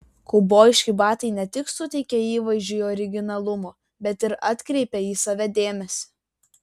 kaubojiški batai ne tik suteikia įvaizdžiui originalumo bet ir atkreipia į save dėmesį